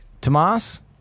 Tomas